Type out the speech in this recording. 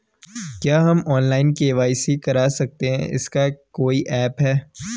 क्या हम online KYC कर सकते हैं इसका कोई ऐप है?